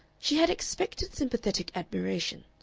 she had expected sympathetic admiration,